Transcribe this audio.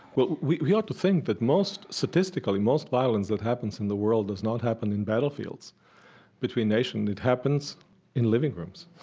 well, we we ought to think most, statistically, most violence that happens in the world does not happen in battlefields between nations. it happens in living rooms,